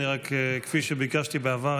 כפי שביקשתי בעבר,